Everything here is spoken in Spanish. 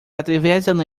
atraviesan